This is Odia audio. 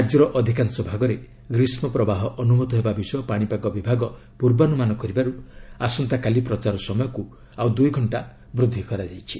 ରାଜ୍ୟର ଅଧିକାଂଶ ଭାଗରେ ଗ୍ରୀଷ୍ମ ପ୍ରବାହ ଅନୁଭୂତ ହେବା ବିଷୟ ପାଣିପାଗ ବିଭାଗ ପୂର୍ବାନୁମାନ କରିବାରୁ ଆସନ୍ତାକାଲି ପ୍ରଚାର ସମୟକୁ ଆଉ ଦୁଇଘଣ୍ଟା ବୃଦ୍ଧି କରାଯାଇଛି